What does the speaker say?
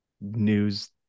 news